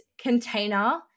container